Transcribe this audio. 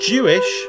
Jewish